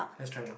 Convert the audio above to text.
let's try now